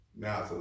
Now